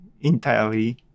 entirely